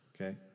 Okay